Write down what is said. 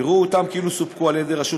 יראו אותם כאילו סופקו על-ידי רשות